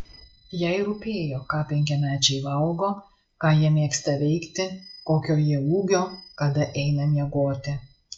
jai rūpėjo ką penkiamečiai valgo ką jie mėgsta veikti kokio jie ūgio kada eina miegoti